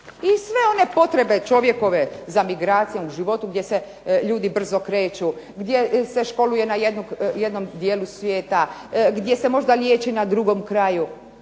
I sve one potrebe čovjekove za migracijom u živote gdje se ljudi brzo kreću, gdje se školuje na jednom dijelu svijeta, gdje se možda liječe na drugom kraju.